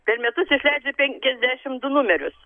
per metus išleidžia penkiadešimt du numerius